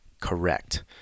Correct